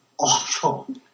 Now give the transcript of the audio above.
awful